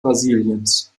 brasiliens